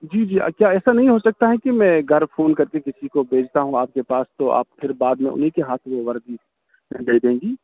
جی جی اچھا ایسا نہیں ہو سکتا ہے کہ میں گھر فون کرکے کسی کو بھیجتا ہوں آپ کے پاس تو آپ پھر بعد میں انہیں کے ہاتھ میں وردی دیدیں گی